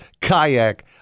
kayak